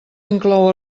inclou